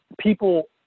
people